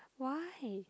why